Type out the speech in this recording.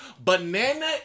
banana